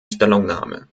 stellungnahme